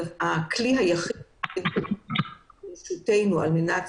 הכלי היחיד שיש בידנו על מנת